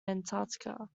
antarctica